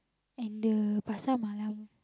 and the pasar malam